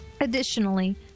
additionally